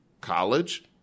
College